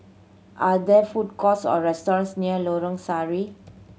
are there food courts or restaurants near Lorong Sari